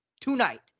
tonight